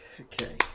Okay